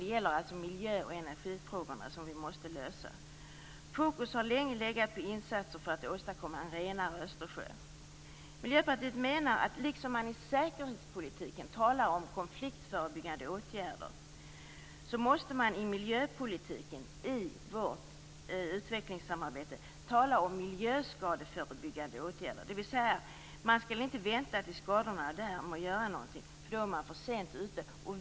Det gäller miljö och energifrågorna, vilka vi måste lösa. Fokus har länge legat på insatser för att åstadkomma en renare Östersjö. Miljöpartiet menar att liksom man inom säkerhetspolitiken talar om konfliktförebyggande åtgärder måste man inom miljöpolitiken i vårt utvecklingssamarbete tala om miljöskadeförebyggande åtgärder. Man skall alltså inte vänta tills skadorna är där innan man gör någonting, ty då är man för sent ute.